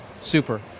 Super